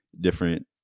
different